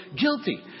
guilty